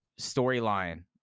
storyline